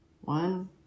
one